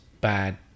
bad